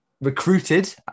recruited